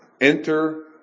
enter